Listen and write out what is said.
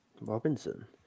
Robinson